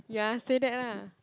ya say that lah